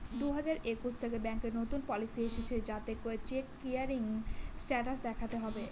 দুই হাজার একুশ থেকে ব্যাঙ্কে নতুন পলিসি এসেছে যাতে চেক ক্লিয়ারিং স্টেটাস দেখাতে হবে